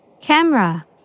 Camera